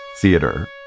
theater